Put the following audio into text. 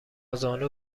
زانو